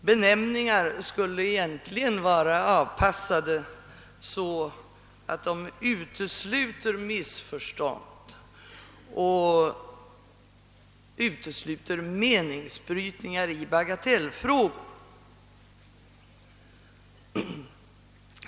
Benämningar skulle egentligen vara avpassade så att de utesluter missförstånd och utesluter meningsbrytningar i bagatellfrågor.